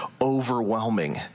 overwhelming